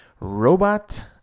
robot